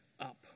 up